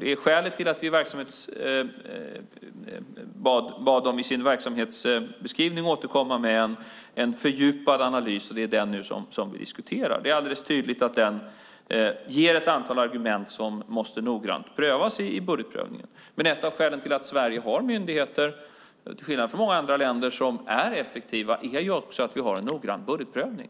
Det är skälet till att vi bad dem att i sin verksamhetsbeskrivning återkomma med en fördjupad analys. Det är den vi diskuterar nu. Det är alldeles tydligt att den ger ett antal argument som måste prövas noggrant i budgetprövningen. Ett av skälen till att Sverige, till skillnad från många andra länder, har myndigheter som är effektiva är att vi har en noggrann budgetprövning.